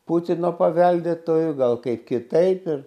putino paveldėtoju gal kaip kitaip ir